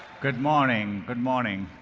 good morning. good morning.